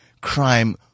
crime